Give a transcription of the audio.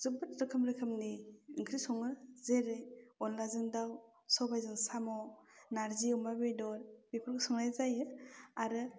जोबोद रोखोम रोखोमनि ओंख्रि सङो जेरै अनद्लाजों दाउ सबायजों साम' नारजि अमा बेदर बेफोरखौ संनाय जायो आरो